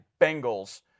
Bengals